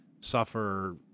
suffer